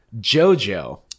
JoJo